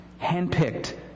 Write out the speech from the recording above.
handpicked